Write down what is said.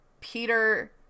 peter